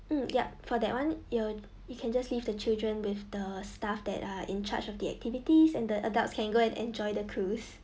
mm yup for that one you wi~ you can just leave the children with the staff that are in charge of the activities and the adults can go and enjoy the cruise